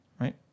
right